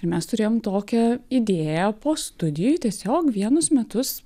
ir mes turėjom tokią idėją po studijų tiesiog vienus metus